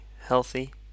healthy